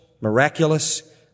miraculous